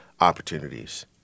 opportunities